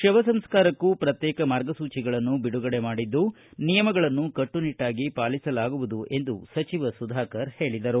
ಶವಸಂಸ್ಕಾರಕ್ಕೂ ಪ್ರತ್ಯೇಕ ಮಾರ್ಗಸೂಚಿಗಳನ್ನು ಬಿಡುಗಡೆ ಮಾಡಿದ್ದು ನಿಯಮಗಳನ್ನು ಕಟ್ಟುನಿಟ್ಟಾಗಿ ಪಾಲಿಸಲಾಗುವುದು ಎಂದು ಸಚಿವ ಸುಧಾಕರ್ ಹೇಳಿದರು